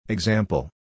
Example